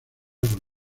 con